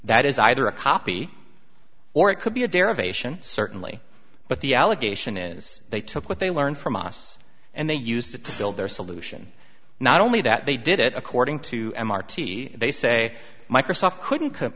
that is either a copy or it could be a derivation certainly but the allegation is they took what they learned from us and they used it to build their solution not only that they did it according to marty they say microsoft couldn't